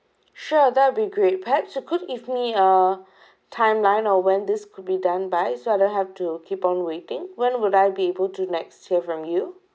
sure that'll be great perhaps if you could if me a time line or when this could be done by so I don't have to keep on waiting when would I be able to next hear from you